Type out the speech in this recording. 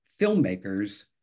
filmmakers